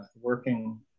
working